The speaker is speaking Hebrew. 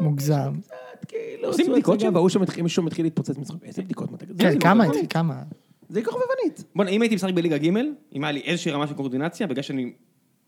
זה מוגזם. עושים בדיקות שם? ברור שמישהו מתחיל להתפוצץ מצחוק, איזה בדיקות. כמה, כמה? בדיקה חובבנית. בוא'נה, אם הייתי משחק בליגה גימל, אם היה לי איזושהי רמה של קורדינציה בגלל שאני...